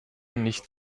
nicht